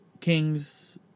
Kings